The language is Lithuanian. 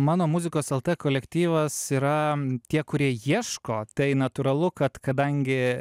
mano muzikos lt kolektyvas yra tie kurie ieško tai natūralu kad kadangi